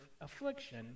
affliction